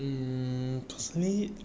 mmhmm personally